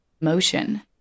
motion